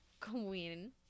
queen